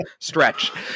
stretch